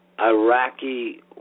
Iraqi